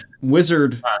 Wizard